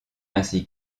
ainsi